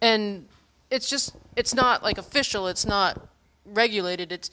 and it's just it's not like official it's not regulated it's